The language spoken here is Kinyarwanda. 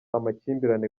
amakimbirane